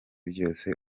byose